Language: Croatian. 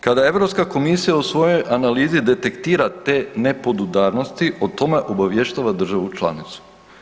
Kada Europska Komisija u svojoj analizi detektira te nepodudarnosti, o tome obavještava državu članicu.